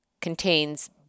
contains